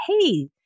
hey